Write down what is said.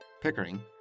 Pickering